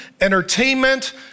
entertainment